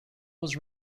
was